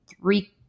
three